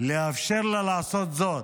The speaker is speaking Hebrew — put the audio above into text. מאפשרת לה לעשות זאת,